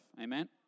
Amen